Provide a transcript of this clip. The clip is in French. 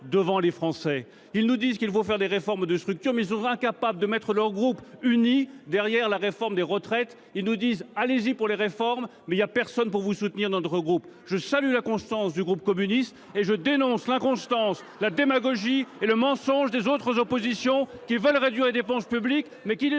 devant les Français. Ils nous disent qu’il faut faire des réformes de structure, mais ils sont incapables d’unir leur groupe derrière la réforme des retraites. Ils nous disent :« Faites des réformes, mais personne ne vous soutiendra dans notre groupe !». Je salue la constance du groupe communiste … Cela suffit !… et je dénonce l’inconstance, la démagogie et le mensonge des autres oppositions,… Parole d’expert… … qui veulent réduire les dépenses publiques mais qui les